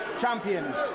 champions